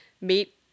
meet